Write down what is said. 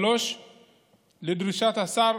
3. לדרישת השר,